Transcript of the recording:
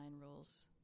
rules